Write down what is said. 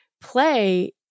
play